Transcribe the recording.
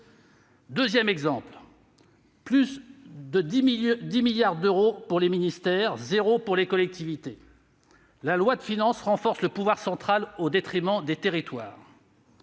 Deuxième exemple, plus de 10 milliards d'euros seront consacrés aux ministères, contre zéro euro pour les collectivités ! La loi de finances renforce le pouvoir central au détriment des territoires.